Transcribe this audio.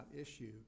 issue